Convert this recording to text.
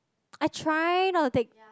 I try not to take